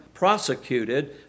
prosecuted